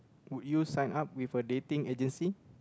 would you sign up with a dating agency